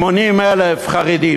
80,000 חרדים,